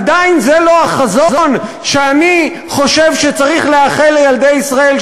עדיין זה לא החזון שאני חושב שצריך לאחל לילדי ישראל,